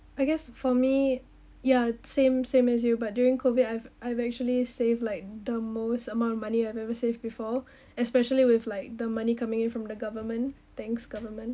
I guess for me ya same same as you but during COVID I've I've actually save like the most amount of money I've ever saved before especially with like the money coming in from the government thanks government